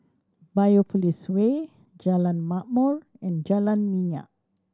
Biopolis Way Jalan Ma'mor and Jalan Minyak